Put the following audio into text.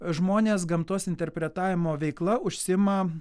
žmonės gamtos interpretavimo veikla užsiima